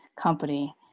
company